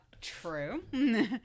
True